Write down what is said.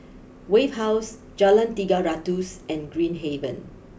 Wave house Jalan Tiga Ratus and Green Haven